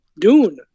Dune